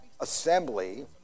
assembly